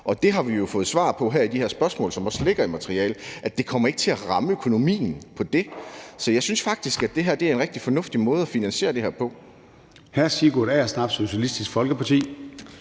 og det har vi jo fået svar på i de her spørgsmål, som også ligger i materialet, nemlig at det ikke kommer til at ramme økonomien i forhold til det her. Så jeg synes faktisk, at det her er en rigtig fornuftig måde at finansiere det her på.